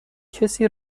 کسی